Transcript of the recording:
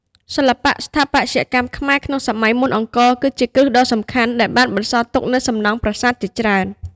សិល្បៈស្ថាបត្យកម្មខ្មែរក្នុងសម័យមុនអង្គរ គឺជាគ្រឹះដ៏សំខាន់ដែលបានបន្សល់ទុកនូវសំណង់ប្រាសាទជាច្រើន។